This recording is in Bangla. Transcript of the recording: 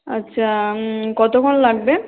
আচ্ছা কতক্ষণ লাগবে